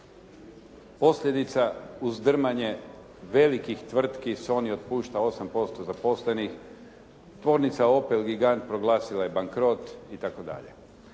posljedica uzdrmanje velikih tvrtki, Sony otpušta 8% zaposlenih, tvornica Opel gigant proglasila je bankrot i